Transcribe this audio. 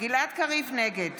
נגד